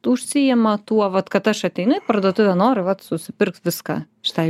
užsiima tuo vat kad aš ateinu į parduotuvę noriu vat susipirkt viską šitai